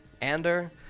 Ander